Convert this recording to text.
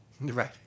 Right